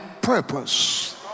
purpose